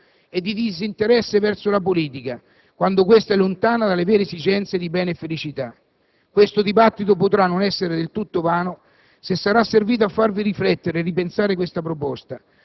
credo piuttosto che serva ad alimentare il clima di sfiducia e disinteresse verso la politica quando questa è lontana dalle vere esigenze di bene e felicità. Il dibattito in corso potrà non essere del tutto vano